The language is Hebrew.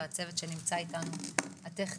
והצוות הטכני שנמצא איתנו כאן.